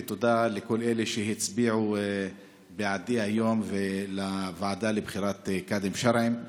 ותודה לכל אלה שהצביעו בעדי היום לוועדה לבחירת קאדים שרעים.